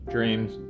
Dreams